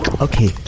Okay